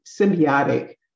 symbiotic